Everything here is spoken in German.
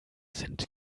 sind